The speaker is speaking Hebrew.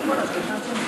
בבקשה.